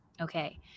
okay